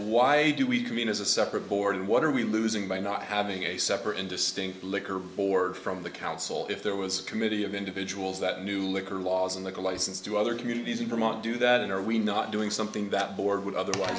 why do we commune as a separate board and what are we losing by not having a separate and distinct liquor board from the council if there was a committee of individuals that knew liquor laws and the license to other communities in vermont do that and are we not doing something that board would otherwise